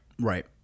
Right